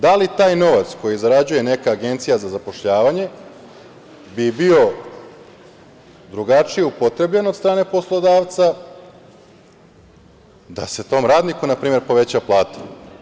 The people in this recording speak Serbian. Da li taj novac, koji zarađuje neka Agencija za zapošljavanje, bi bio drugačije upotrebljen od strane poslodavca, da se tom radniku na primer poveća plata.